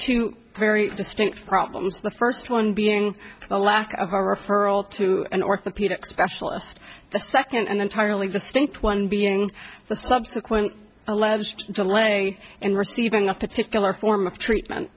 two very distinct problems the first one being the lack of a referral to an orthopedic specialist the second and entirely distinct one being the subsequent alleged delay in receiving a particular form of treatment